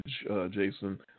Jason